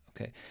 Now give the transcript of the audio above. Okay